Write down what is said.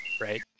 right